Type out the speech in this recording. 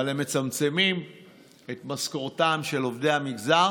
אבל הם מצמצמים את משכורתם של עובדי המגזר